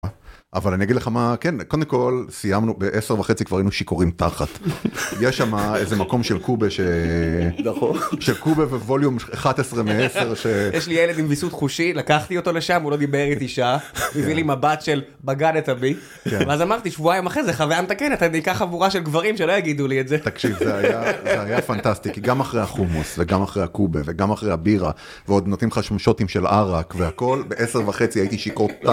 אבל אני אגיד לך מה כן. קודם כל, סיימנו ב-10 וחצי כבר היינו שיכורים תחת. יש שמה איזה מקום של קובה ש... נכון... של קובה וווליום 11 מעשר ש... יש לי ילד עם וויסות חושי, לקחתי אותו לשם, הוא לא דיבר איתי שעה. הוא הביא לי מבט של בגדת בי, ואז אמרתי שבועיים אחרי זה, חוויה מתקנת, אני אקח חבורה של גברים שלא יגידו לי את זה. תקשיב זה היה... זה היה פנטסטי. כי גם אחרי החומוס, וגם אחרי הקובה, וגם אחרי הבירה, ועוד נותנים לך שם שוטים של ערק והכל, ב-10 וחצי הייתי שיכור תחת.